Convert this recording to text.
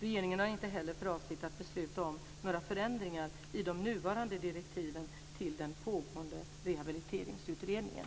Regeringen har inte heller för avsikt att besluta om några förändringar i de nuvarande direktiven till den pågående Rehabiliteringsutredningen.